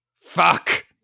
Fuck